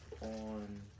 On